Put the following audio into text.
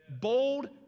Bold